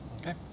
Okay